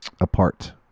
apart